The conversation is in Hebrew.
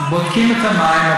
בודקים את המים.